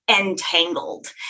entangled